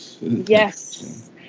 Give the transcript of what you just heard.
Yes